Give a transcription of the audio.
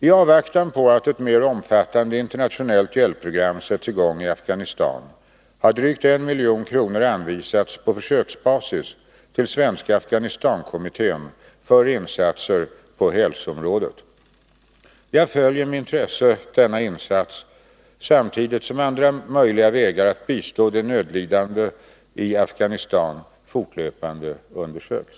I avvaktan på att ett mer omfattande internationellt hjälpprogram sätts i gång i Afghanistan har drygt 1 milj.kr. anvisats på försöksbasis till Svenska Afghanistankommittén för insatser på hälsoområdet. Jag följer med intresse denna insats samtidigt som andra möjliga vägar att bistå de nödlidande i Afghanistan fortlöpande undersöks.